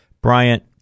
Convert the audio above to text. Bryant